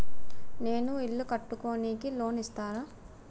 నేను ఇల్లు కట్టుకోనికి లోన్ ఇస్తరా?